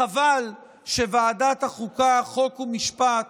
חבל שוועדת החוקה, חוק ומשפט